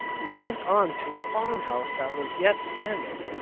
we went on to a farmhouse that was yet standing,